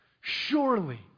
surely